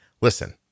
listen